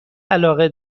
علاقه